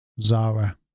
Zara